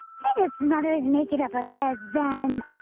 did its mothers make it up a beds, then!